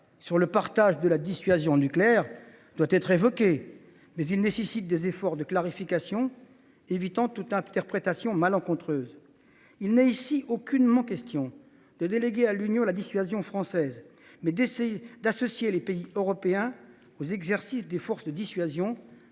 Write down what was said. sur le partage de la dissuasion nucléaire doit être évoqué, mais il appelle des efforts de clarification afin d’éviter toute interprétation malencontreuse. Il est question non pas de déléguer à l’Union la dissuasion française, mais d’associer les pays européens aux exercices des forces de dissuasion.